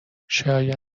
شاید